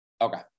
okay